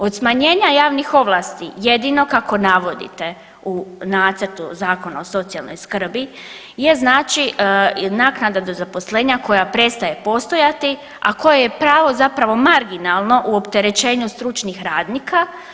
Od smanjenja javnih ovlasti jedino kako navodite u nacrtu Zakona o socijalnoj skrbi je znači naknada do zaposlenja koja prestaje postojati, a koja je pravo zapravo marginalno u opterećenju stručnih radnika.